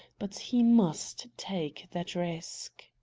but he must take that risk.